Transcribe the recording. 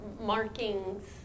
markings